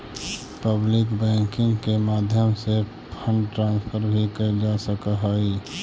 public banking के माध्यम से फंड ट्रांसफर भी कैल जा सकऽ हइ